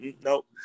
nope